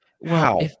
Wow